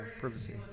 privacy